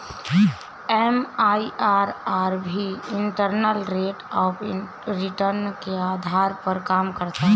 MIRR भी internal rate of return के आधार पर काम करता है